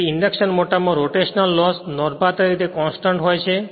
તેથી ઇન્ડક્શન મોટરમાં rotational loss નોંધપાત્ર રીતે કોંસ્ટંટ છે